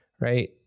right